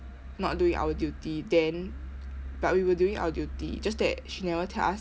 not doing our duty then but we were doing our duty just that she never tell us